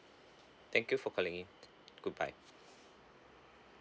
thank you for calling in goodbye